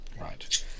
Right